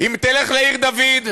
אם תלך לעיר-דוד,